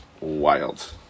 Wild